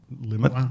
limit